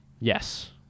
Yes